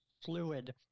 fluid